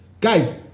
guys